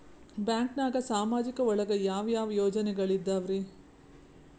ಬ್ಯಾಂಕ್ನಾಗ ಸಾಮಾಜಿಕ ಒಳಗ ಯಾವ ಯಾವ ಯೋಜನೆಗಳಿದ್ದಾವ್ರಿ?